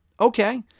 Okay